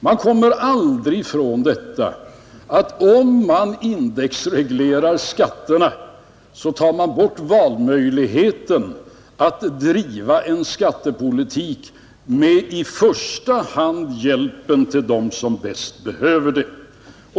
Man kommer aldrig ifrån att om man indexreglerar skatterna så tar man bort möjligheten att driva en skattepolitik med hjälpen i första hand till dem som bäst behöver den.